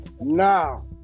now